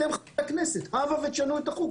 אני רוצה רק לציין עובדות.